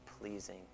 pleasing